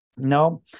No